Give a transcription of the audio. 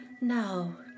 Now